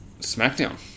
Smackdown